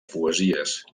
poesies